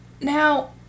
Now